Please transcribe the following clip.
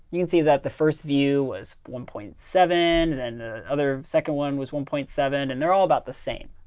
you and see that the first view was one point seven and the other second one was one point seven. and they're all about the same.